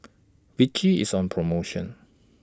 Vichy IS on promotion